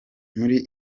muri